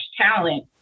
talent